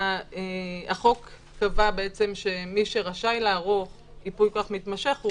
החוק קבע שמי שרשאי לערוך ייפוי כוח מתמשך הוא